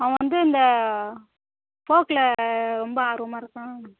அவன் வந்து இந்த ஃபோக்கில் ரொம்ப ஆர்வமாக இருக்கான்